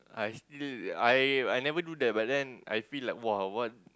I still I I never do that but then I feel like !wah! what